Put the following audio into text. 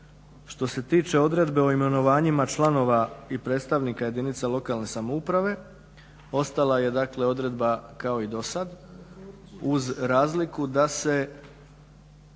što se tiče odredbe o imenovanjima članova i predstavnika jedinica lokalne samouprave ostala je, dakle odredba kao i do sad uz razliku da se,